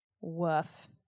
Woof